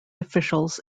officials